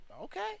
okay